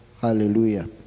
Hallelujah